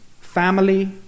family